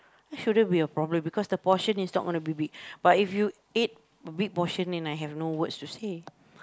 that shouldn't be a problem because the portion is not going to be big but if you eat big portion then I have no words to say